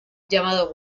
llamado